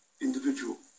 individual